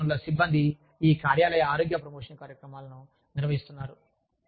మానవ వనరుల సిబ్బంది ఈ కార్యాలయ ఆరోగ్య ప్రమోషన్ కార్యక్రమాలను నిర్వహిస్తున్నారు